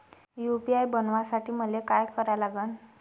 UPI बनवासाठी मले काय करा लागन?